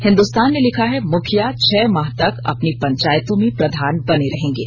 हिंदुस्तान ने लिखा है मुखिया छह माह तक अपनी पंचायतों में प्रधान बने रहेंगे